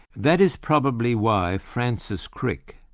that is probably why francis crick,